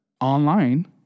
online